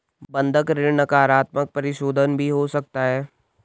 बंधक ऋण नकारात्मक परिशोधन भी हो सकता है